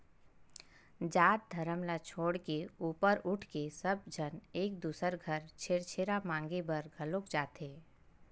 जात धरम ल छोड़ के ऊपर उठके सब झन एक दूसर घर छेरछेरा मागे बर घलोक जाथे